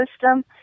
system